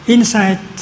Insight